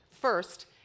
First